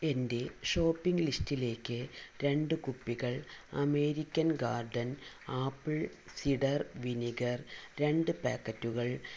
എൻ്റെ ഷോപ്പിംഗ് ലിസ്റ്റിലേക്ക് രണ്ടു കുപ്പികൾ American garden apple cider vinegar രണ്ടു പാക്കറ്റുകൾ